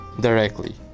directly